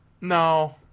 No